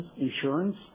insurance